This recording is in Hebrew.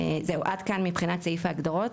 זהו, עד כאן מבחינת סעיף ההגדרות.